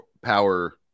power